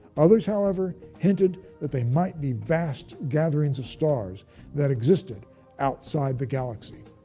others, however, hinted that they might be vast gatherings of stars that existed outside the galaxy.